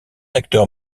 acteur